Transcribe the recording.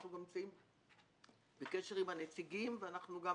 אנחנו גם נמצאים בקשר עם הנציגים ואנחנו גם